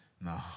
no